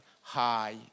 high